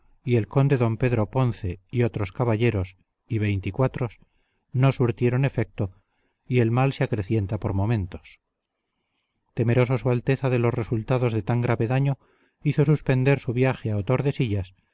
y el conde don pedro ponce y otros caballeros y veinticuatros no surtieron efecto y el mal se acrecienta por momentos temeroso su alteza de los resultados de tan grave daño hizo suspender su viaje a